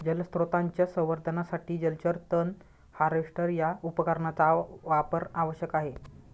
जलस्रोतांच्या संवर्धनासाठी जलचर तण हार्वेस्टर या उपकरणाचा वापर आवश्यक आहे